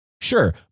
Sure